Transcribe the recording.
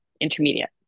intermediate